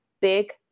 big